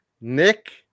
Nick